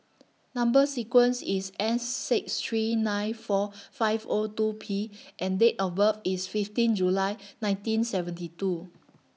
Number sequence IS S six three nine four five O two P and Date of birth IS fifteen July nineteen seventy two